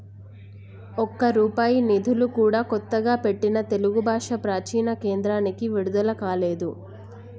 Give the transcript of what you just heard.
ఒక్క రూపాయి నిధులు కూడా కొత్తగా పెట్టిన తెలుగు భాషా ప్రాచీన కేంద్రానికి విడుదల కాలేదు